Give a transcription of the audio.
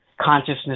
consciousness